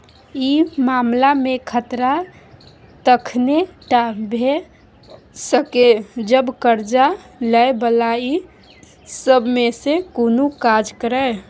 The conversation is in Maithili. ई मामला में खतरा तखने टा भेय सकेए जब कर्जा लै बला ई सब में से कुनु काज करे